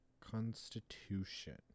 Constitution